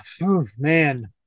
man